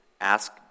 Ask